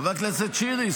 חבר הכנסת שירי,